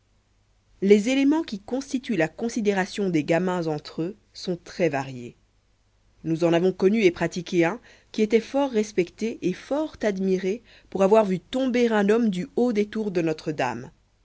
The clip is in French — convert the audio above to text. les éléments qui constituent la considération des gamins entre eux sont très variés nous en avons connu et pratiqué un qui était fort respecté et fort admiré pour avoir vu tomber un homme du haut des tours de notre-dame